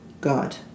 God